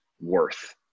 worth